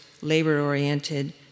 labor-oriented